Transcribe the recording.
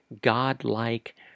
god-like